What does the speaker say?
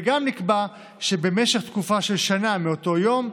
וגם נקבע שבמשך תקופה של שנה מאותו יום,